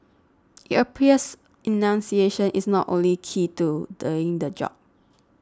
it appears enunciation is not only key to doing the job